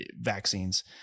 vaccines